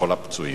לכל הפצועים.